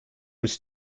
was